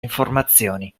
informazioni